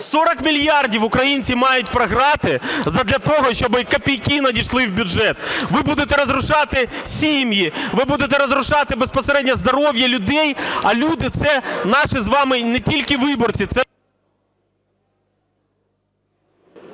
40 мільярдів українці мають програти задля того, щоб ці копійки надійшли в бюджет. Ви будете розрушати сім'ї, ви будете розрушати безпосередньо здоров'я людей, а люди – це наші з вами не тільки виборці,